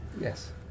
Yes